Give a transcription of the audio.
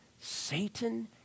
Satan